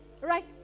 right